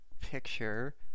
picture